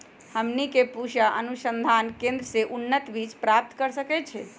हमनी के पूसा अनुसंधान केंद्र से उन्नत बीज प्राप्त कर सकैछे?